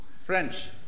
French